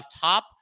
top